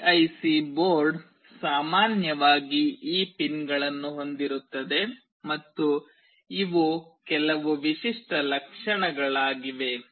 PIC board ಸಾಮಾನ್ಯವಾಗಿ ಈ ಪಿನ್ಗಳನ್ನು ಹೊಂದಿರುತ್ತದೆ ಮತ್ತು ಇವು ಕೆಲವು ವಿಶಿಷ್ಟ ಲಕ್ಷಣಗಳಾಗಿವೆ